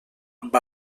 amb